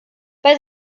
bei